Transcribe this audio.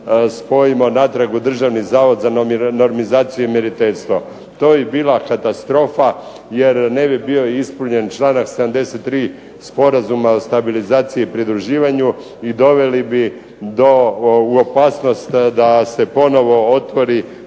spojimo natrag u Državni zavod za normizaciju i mjeriteljstvo. To bi bila katastrofa, jer ne bi bio ispunjen članak 73. Sporazuma o stabilizaciji i pridruživanju i doveli bi do, u opasnost da se ponovo otvori